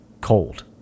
cold